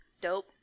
Dope